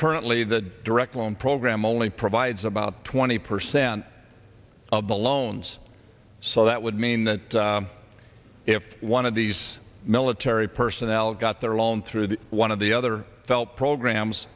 currently the direct loan program only provides about twenty percent of the loans so that would mean that if one of these military personnel got their loan through the one of the other felt programs